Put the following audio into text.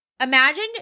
Imagine